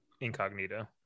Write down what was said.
incognito